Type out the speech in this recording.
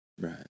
Right